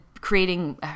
Creating